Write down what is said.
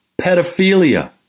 Pedophilia